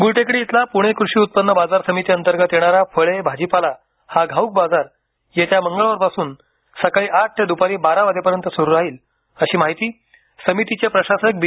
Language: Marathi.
गुलटेकडी इथला पुणे कृषि उत्पन्न बाजार समिती अंतर्गत येणारा फळे भाजीपाला हा घाऊक बाजार येत्या मंगळवारपासून सकाळी आठ ते दुपारी बारा वाजेपर्यंत सुरू राहील अशी माहिती समितीचे प्रशासक बी